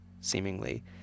seemingly